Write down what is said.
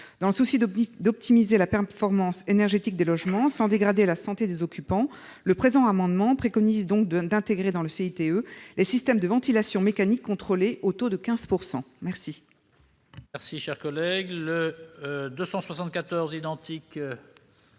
Dans le souci d'optimiser la performance énergétique des logements sans dégrader la santé des occupants, le présent amendement préconise donc d'intégrer dans le CITE les systèmes de ventilation mécanique contrôlée au taux de 15 %.